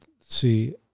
see